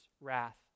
wrath